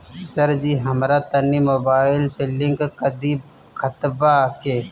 सरजी हमरा तनी मोबाइल से लिंक कदी खतबा के